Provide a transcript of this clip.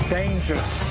dangerous